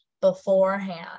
beforehand